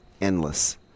endless